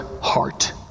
heart